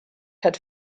had